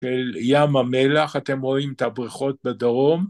של ים המלח, אתם רואים את הבריכות בדרום.